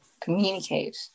communicate